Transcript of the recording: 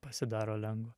pasidaro lengva